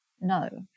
no